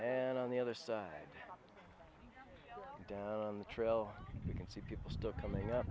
and on the other side down the trail you can see people still coming up